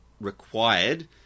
required